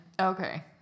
Okay